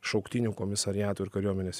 šauktinių komisariatų ir kariuomenės